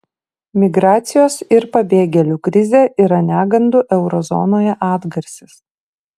migracijos ir pabėgėlių krizė yra negandų euro zonoje atgarsis